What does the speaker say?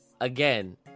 Again